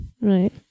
Right